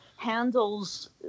handles